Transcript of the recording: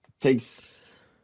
takes